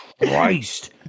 christ